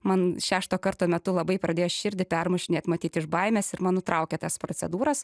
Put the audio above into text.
man šešto karto metu labai pradėjo širdį permušinėt matyt iš baimės ir man nutraukė tas procedūras